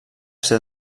ser